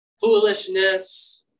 Foolishness